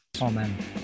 Amen